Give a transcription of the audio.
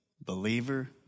believer